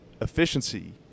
efficiency